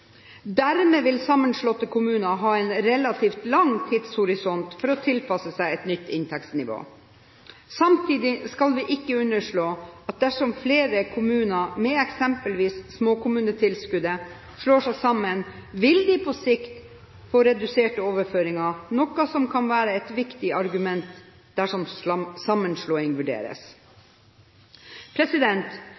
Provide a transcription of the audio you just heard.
Dermed vil sammenslåtte kommuner ha en relativt lang tidshorisont for å tilpasse seg et nytt inntektsnivå. Samtidig skal vi ikke underslå at dersom flere kommuner med eksempelvis småkommunetilskudd slår seg sammen, vil de på sikt få reduserte overføringer, noe som kan være et viktig argument dersom sammenslåing vurderes.